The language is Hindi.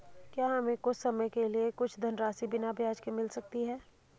क्या हमें कुछ समय के लिए कुछ धनराशि बिना ब्याज के मिल सकती है?